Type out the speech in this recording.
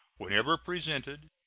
whenever presented,